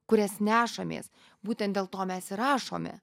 kurias nešamės būtent dėl to mes ir rašome